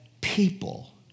people